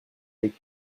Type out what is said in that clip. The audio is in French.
les